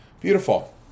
Beautiful